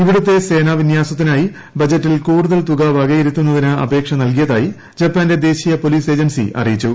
ഇവിടുത്തെ സേനാ വിന്യാസത്തിനായി ബഡ്ജറ്റിൽ കൂടുതൽ തുക വകയിരുത്തുന്നതിന് അപേക്ഷ നൽകിയതായി ജപ്പാന്റെ ദേശീയ പോലീസ് ഏജൻസി അറിയിച്ചു